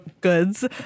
goods